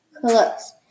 close